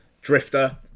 drifter